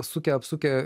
sukę apsukę